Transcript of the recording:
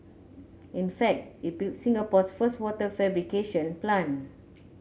in fact it built Singapore's first water fabrication plant